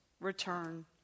return